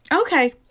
Okay